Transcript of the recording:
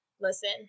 listen